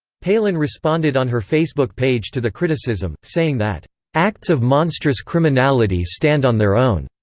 palin responded on her facebook page to the criticism, saying that acts of monstrous criminality stand on their own.